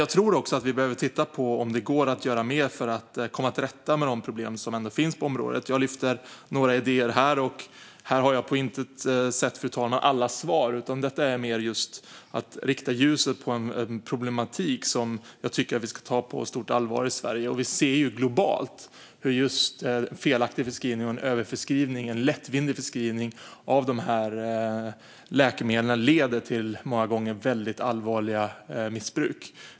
Jag tror också att vi behöver titta på om det går att göra mer för att komma till rätta med de problem som ändå finns på området. Jag lyfter fram några idéer här. Jag har på intet sätt, fru talman, alla svar, utan detta är mer just för att rikta ljuset på en problematik som jag tycker att vi ska ta på stort allvar i Sverige. Vi ser globalt hur just felaktig förskrivning, överförskrivning och lättvindig förskrivning av de här läkemedlen många gånger leder till väldigt allvarligt missbruk.